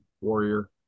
warrior